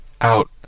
out